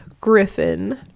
Griffin